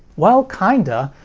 well kinda.